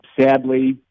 Sadly